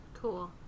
Cool